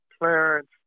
Clarence